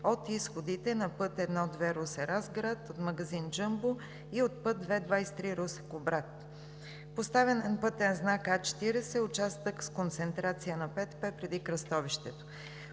от изходите на път І-2 Русе – Разград, магазин „Джъмбо“ и от път ІІ-23 Русе – Кубрат; - поставяне на пътен знак „А40“ – участък с концентрация на ПТП преди кръстовището;